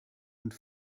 und